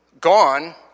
gone